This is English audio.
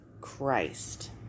Christ